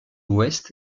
west